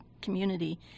community